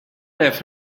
left